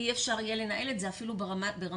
אי אפשר יהיה לנהל את זה אפילו ברמת